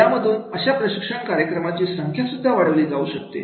यामधून अशा प्रशिक्षण कार्यक्रमाची संख्या सुद्धा वाढवली जाऊ शकते